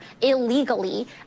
illegally